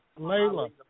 Layla